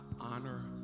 honor